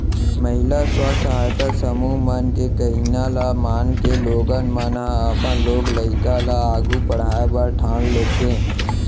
महिला स्व सहायता समूह मन के कहिना ल मानके लोगन मन ह अपन लोग लइका ल आघू पढ़ाय बर ठान लेथें